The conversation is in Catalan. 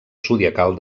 zodiacal